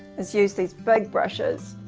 is use these big brushes,